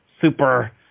super